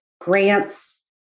grants